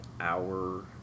hour